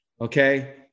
okay